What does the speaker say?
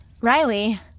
Riley